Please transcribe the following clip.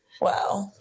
Wow